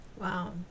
Wow